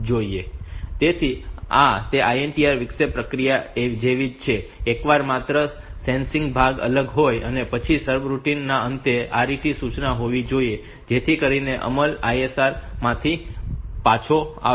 Refer Slide Time 0614 તેથી આ તે INTR વિક્ષેપ પ્રક્રિયા જેવી જ છે એકવાર માત્ર સેન્સિંગ ભાગ અલગ હોય અને પછી સર્વિસ રૂટિન ના અંતે RET સૂચના હોવી જોઈએ જેથી કરીને અમલ ISR માંથી પાછો આવે